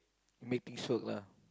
make things work ah